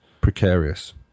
precarious